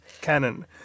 canon